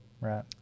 right